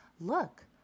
Look